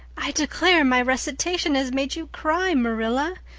i declare, my recitation has made you cry, marilla,